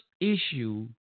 issue